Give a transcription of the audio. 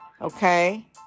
okay